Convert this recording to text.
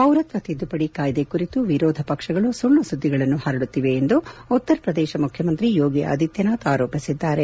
ಪೌರತ್ವ ತಿದ್ದುಪಡಿ ಕಾಯ್ದೆ ಕುರಿತು ವಿರೋಧ ಪಕ್ಷಗಳು ಸುಳ್ಳು ಸುದ್ದಿಗಳನ್ನು ಹರಡುತ್ತಿವೆ ಎಂದು ಉತ್ತರ ಪ್ರದೇಶ ಮುಖ್ಯಮಂತ್ರಿ ಯೋಗಿ ಆದಿತ್ಯನಾಥ್ ಆರೋಪಿಸಿದ್ದಾರೆ